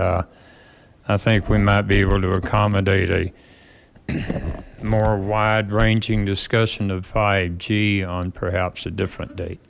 i think we might be able to accommodate a more wide ranging discussion of g on perhaps a different date